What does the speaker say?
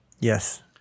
Yes